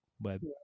Web